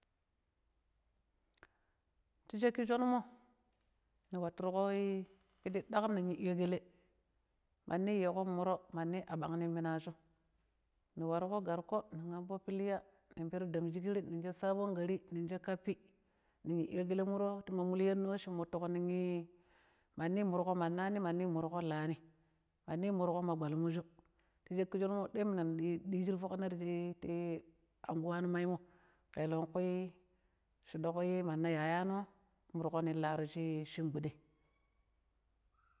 Ti shaaƙi shonumo nii watuƙoii pidi ɗakam nin yun ƙale mandi yiiƙon muro, mandi a bang nong minajum, ni warƙoii garko, ning ambo filiya, ning peroi damgigiri ning sha sabon gari, ning sha kaffi ning yiɗɗiyo ƙalee muro shi yiɗɗiiƙo ti ma mulyanno shi mutuƙo ning ii, mandi murƙo manani mandi murƙo laani mandi murƙo ma gɓwalmiju, ta shaƙƙi shonummo ɗoi minun ndi ɗije ti fok minun ƙelenƙwi akuwano maimo ƙelenkwi shuɗoƙ manna ii yayano murƙo nong laaro shin gɓudei.